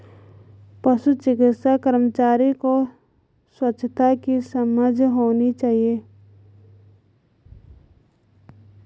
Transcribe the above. पशु चिकित्सा कर्मचारी को स्वच्छता की समझ होनी चाहिए